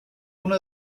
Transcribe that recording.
una